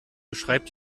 beschreibt